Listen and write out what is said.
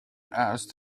asked